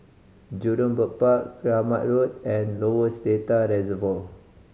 Jurong Bird Park Keramat Road and Lower Seletar Reservoir